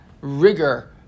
rigor